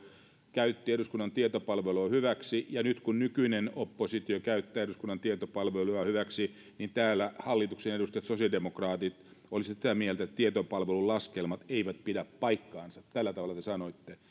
käytti eduskunnan tietopalvelua hyväksi ja nyt kun nykyinen oppositio käyttää eduskunnan tietopalvelua hyväksi niin täällä hallituksen edustajat sosiaalidemokraatit olisivat sitä mieltä että tietopalvelun laskelmat eivät pidä paikkaansa tällä tavalla te sanoitte